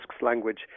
language